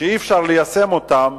שאי-אפשר ליישם אותן,